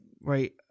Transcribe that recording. right –